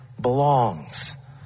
belongs